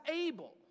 able